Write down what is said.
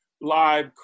live